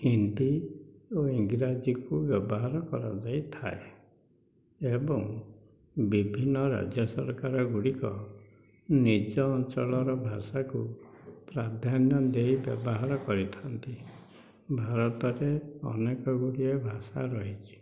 ହିନ୍ଦୀ ଓ ଇଂରାଜୀକୁ ବ୍ୟବହାର କରା ଯାଇଥାଏ ଏବଂ ବିଭିନ୍ନ ରାଜ୍ୟ ସରକାର ଗୁଡ଼ିକ ନିଜ ଅଞ୍ଚଳର ଭାଷାକୁ ପ୍ରାଧାନ୍ୟ ଦେଇ ବ୍ୟବହାର କରିଥାନ୍ତି ଭାରତରେ ଅନେକ ଗୁଡ଼ିଏ ଭାଷା ରହିଛି